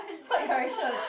what direction